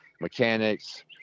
mechanics